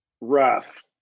rough